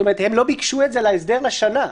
הם לא ביקשו את זה להסדר לשנה,